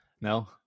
No